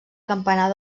campanar